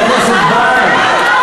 כמה דקות עד שחברי מפלגת העבודה ייכנסו.